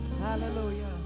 Hallelujah